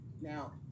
Now